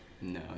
No